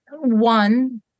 one